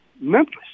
Memphis